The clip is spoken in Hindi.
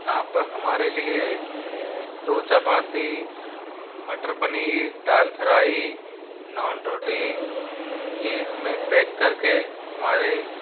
आप हमारे लिए दो चपाती मटर पनीर दाल फ्राई नान रोटी यह हमें पैक करके हमारे